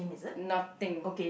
nothing